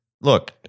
Look